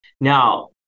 now